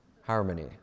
Harmony